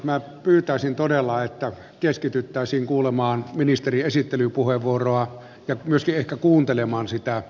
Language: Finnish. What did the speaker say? minä pyytäisin todella että keskityttäisiin kuulemaan ministerin esittelypuheenvuoroa ja myöskin ehkä kuuntelemaan sitä